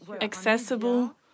accessible